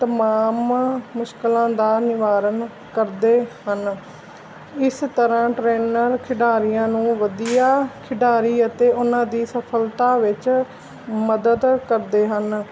ਤਮਾਮ ਮੁਸ਼ਕਿਲਾਂ ਦਾ ਨਿਵਾਰਨ ਕਰਦੇ ਹਨ ਇਸ ਤਰ੍ਹਾਂ ਟਰੇਨਰ ਖਿਡਾਰੀਆਂ ਨੂੰ ਵਧੀਆ ਖਿਡਾਰੀ ਅਤੇ ਉਹਨਾਂ ਦੀ ਸਫਲਤਾ ਵਿੱਚ ਮਦਦ ਕਰਦੇ ਹਨ